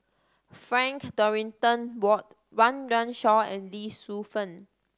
Frank Dorrington Ward Run Run Shaw and Lee Shu Fen